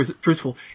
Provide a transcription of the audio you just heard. truthful